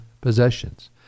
possessions